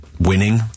Winning